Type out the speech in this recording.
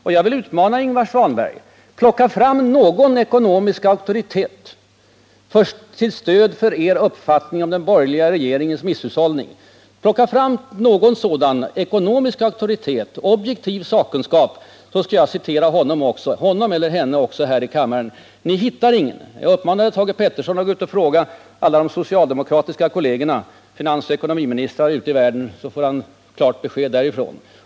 Men jag vill utmana Ingvar Svanberg: Plocka fram någon ekonomisk auktoritet med objektiv sakkunskap till stöd för er uppfattning om den borgerliga regeringens misshushållning, så skall jag citera honom eller henne också här i kammaren! Ni hittar ingen. Jag uppmanade Thage Peterson att gå ut och fråga alla de socialdemokratiska kollegerna — finansoch ekonomiministrar — ute i världen. Då får han klart besked därifrån.